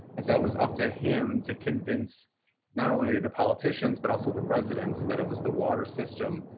and so it was up to him to convince not only the politicians, but also the residents that it was the water system,